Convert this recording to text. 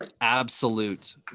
absolute